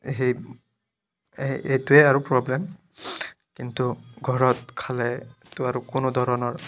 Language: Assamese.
সেই এইটোৱে আৰু প্ৰব্লেম কিন্তু ঘৰত খালেটো আৰু কোনো ধৰণৰ